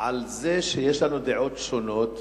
על זה שיש לנו דעות שונות,